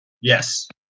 Yes